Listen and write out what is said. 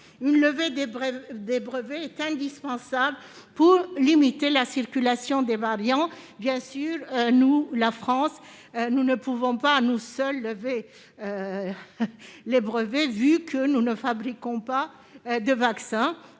Une levée des brevets est indispensable pour limiter la circulation des variants. Bien sûr, la France ne peut l'obtenir à elle seule, vu que nous ne fabriquons pas de vaccin